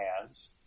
hands